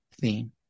theme